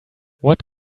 what